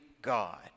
God